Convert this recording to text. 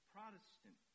Protestant